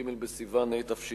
י"ג בסיוון התש"ע,